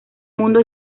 mundo